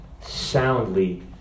soundly